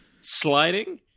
Sliding